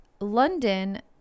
london